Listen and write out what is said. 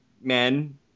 Men